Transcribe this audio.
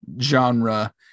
genre